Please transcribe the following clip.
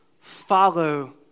follow